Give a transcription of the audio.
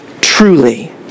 Truly